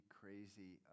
crazy